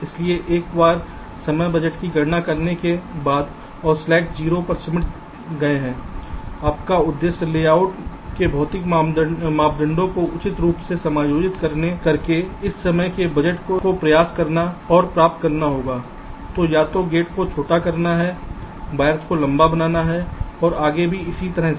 इसलिए एक बार समय बजट की गणना करने के बाद और स्लैक्स 0 पर सिमट गए हैं आपका उद्देश्य लेआउट के भौतिक मापदंडों को उचित रूप से समायोजित करके इस समय के बजट को प्रयास करना और प्राप्त करना होगा या तो गेट को छोटा करना वायर्स को लंबा बनाना और आगे भी इसी तरह से